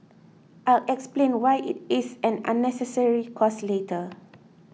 I'll explain why it is an unnecessary cost later